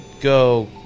go